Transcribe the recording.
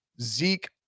Zeke